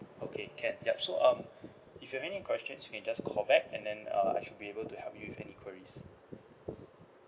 okay can yup so um if you have any questions you can just call back and then uh I should be able to help you with any queries